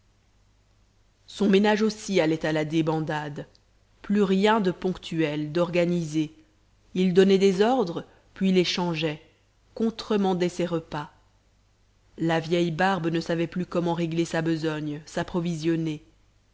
son ménage aussi allait à la débandade plus rien de ponctuel d'organisé il donnait des ordres puis les changeait contremandait ses repas la vieille barbe ne savait plus comment régler sa besogne s'approvisionner